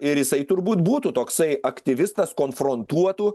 ir jisai turbūt būtų toksai aktyvistas konfrontuotų